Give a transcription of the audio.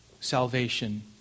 salvation